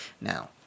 Now